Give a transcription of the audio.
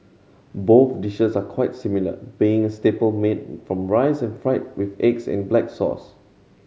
both dishes are quite similar being a staple made from rice and fried with eggs and black sauce